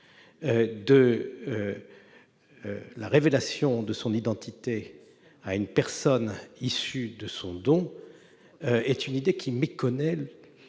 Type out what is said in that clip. de la révélation de son identité à une personne issue de son don. Une telle idée méconnaît